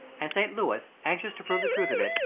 and st. louis, anxious to prove the truth of it,